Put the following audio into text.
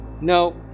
No